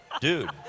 dude